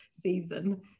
season